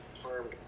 harmed